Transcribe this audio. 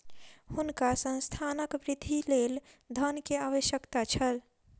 हुनका संस्थानक वृद्धिक लेल धन के आवश्यकता छल